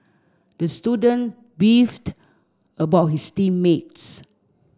the student beefed about his team mates